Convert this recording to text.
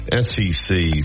SEC